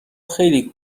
خیلی